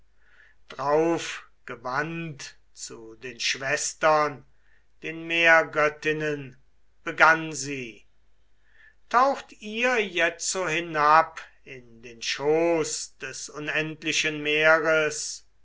drauf gewandt zu den schwestern den meergöttinnen begann sie taucht ihr jetzo hinab in den schoß des unendlichen meeres